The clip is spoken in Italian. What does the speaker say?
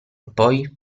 poi